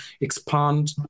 expand